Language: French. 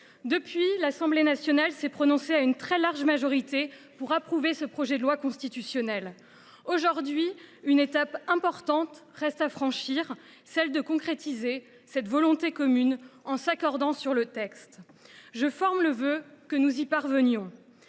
Depuis, l’Assemblée nationale s’est prononcée à une très large majorité pour approuver ce projet de loi constitutionnelle. Aujourd’hui, une étape importante reste à franchir, celle de concrétiser cette volonté commune en nous accordant sur le texte. Je forme le vœu que nous y parvenions.